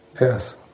Yes